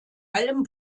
allem